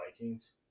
Vikings